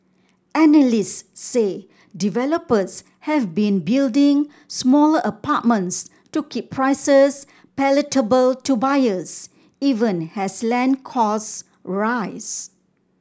analysts say developers have been building smaller apartments to keep prices palatable to buyers even as land costs rise